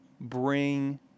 bring